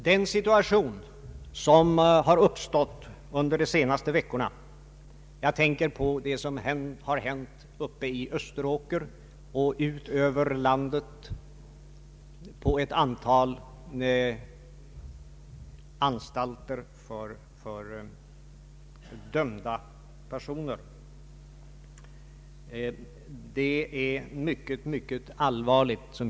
Den situation som har uppstått de senaste veckorna i Österåker och på andra anstalter inom kriminalvården är, som jag ser det, mycket allvarlig.